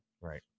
Right